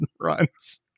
runs